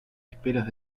esperas